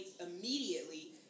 immediately